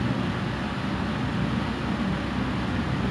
on the Zoom call then tak masuk apa apa seh